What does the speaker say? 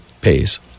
pays